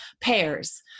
pairs